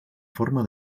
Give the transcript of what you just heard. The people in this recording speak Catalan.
forma